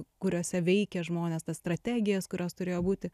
kuriose veikė žmonės tas strategijas kurios turėjo būti